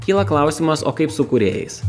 kyla klausimas o kaip su kūrėjais